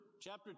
chapter